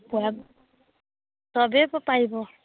সবেই পব পাৰিব